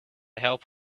help